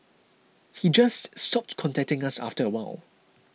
he just stopped contacting us after a while